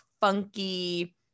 funky